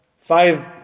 five